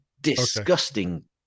disgusting